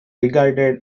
regarded